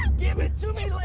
give it to me,